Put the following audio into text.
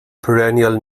perennial